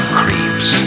creeps